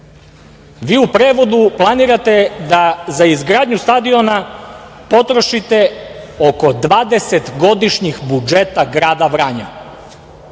Vi u prevodu planirate da za izgradnju stadiona potrošite oko dvadeset godišnjih budžeta grada Vranja.